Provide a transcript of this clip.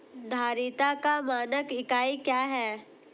धारिता का मानक इकाई क्या है?